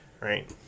right